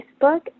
Facebook